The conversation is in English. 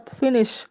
finish